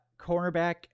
cornerback